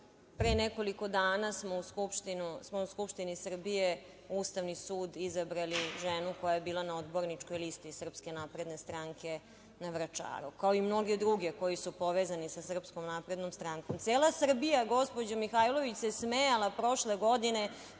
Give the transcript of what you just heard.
pre nekoliko dana smo u Skupštini Srbije Ustavni sud izabrali ženu koja je bila na odborničkoj listi SNS na Vračaru, kao i mnoge druge koji su povezani sa SNS. Cela Srbija, gospođo Mihajlović, se smejala prošle godine